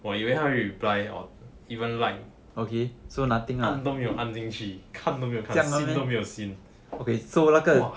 我以为他会 reply or even like 动都没有按进去看都没有看 seen 都没有 seen !wah!